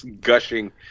gushing